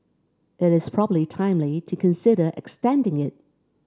it is probably timely to consider extending it